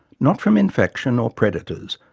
not from infection or predators,